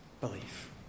belief